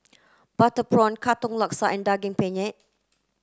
butter prawn Katong Laksa and Daging Penyet